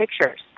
pictures